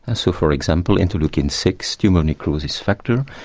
and so for example interleukin six, tumour necrosis factor,